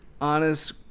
Honest